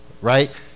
right